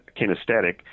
kinesthetic